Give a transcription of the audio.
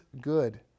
good